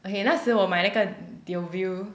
okay 那时我买那个